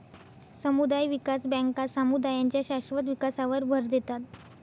समुदाय विकास बँका समुदायांच्या शाश्वत विकासावर भर देतात